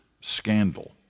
scandal